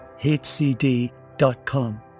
hcd.com